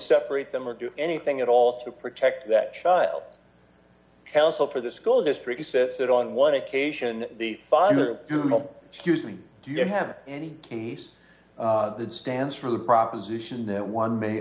separate them or do anything at all to protect that child counsel for the school district says that on one occasion the father scuse me do you have any case that stands for the proposition that one may